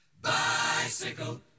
Bicycle